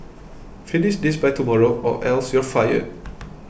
finish this by tomorrow or else you'll fired